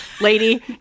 Lady